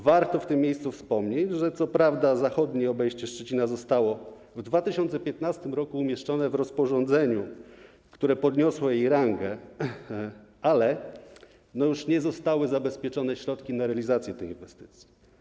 Warto w tym miejscu wspomnieć, że chociaż zachodnie obejście Szczecina zostało w 2015 r. umieszczone w rozporządzeniu, które podniosło jego rangę, to nie zostały zapewnione środki na realizację tej inwestycji.